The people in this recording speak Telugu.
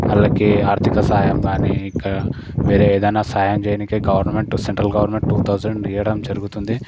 వాళ్లకి ఆర్థిక సాయం గానీ ఇక్కడ వేరే ఏదైనా సాయం చేయనికే government central government two thousand ఇవ్వడం జరుగుతుంది